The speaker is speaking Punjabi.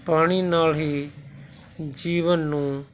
ਪਾਣੀ ਨਾਲ ਹੀ ਜੀਵਨ ਨੂੰ